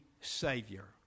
Savior